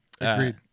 Agreed